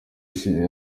yashize